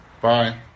Bye